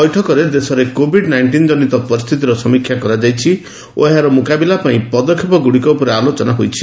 ବୈଠକରେ ଦେଶରେ covid nineteen କନିତ ପରିସ୍ଥିତିର ସମୀକ୍ଷା କରାଯାଇଛି ଓ ଏହାର ମୁକାବିଲା ପାଇଁ ପଦକ୍ଷେପଗୁଡ଼ିକ ଉପରେ ଆଲୋଚନା ହୋଇଛି